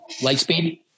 Lightspeed